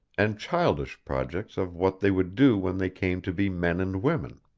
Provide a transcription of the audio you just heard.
and childish projects of what they would do when they came to be men and women.